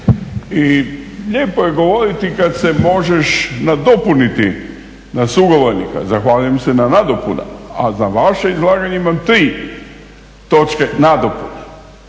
I lijepo je govoriti kada se možeš nadopuniti na sugovornika. Zahvaljujem se na nadopunama. A za vaše izlaganje imam tri točke nadopune.